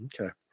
Okay